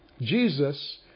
Jesus